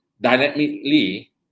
dynamically